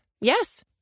Yes